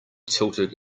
tilted